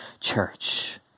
church